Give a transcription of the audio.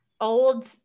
old